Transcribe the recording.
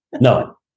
No